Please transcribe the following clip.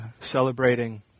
celebrating